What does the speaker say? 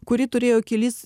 kuri turėjo kelis